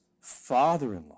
father-in-law